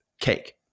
cake